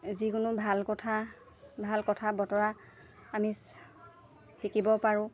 যিকোনো ভাল কথা ভাল কথা বতৰা আমি শিকিব পাৰোঁ